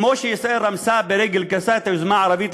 כמו שישראל רמסה ברגל גסה את היוזמה הערבית,